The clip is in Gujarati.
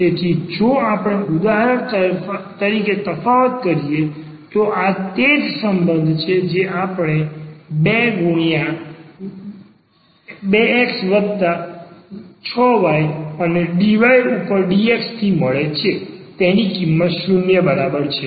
તેથી જો આપણે ઉદાહરણ તરીકે તફાવત કરીએ તો આ તે જ સંબંધ છે જે આપણને 2 x વત્તા 6 y અને dy ઉપર dxથી મળે છે તેની કિંમત 0 બરાબર છે